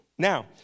Now